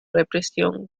represión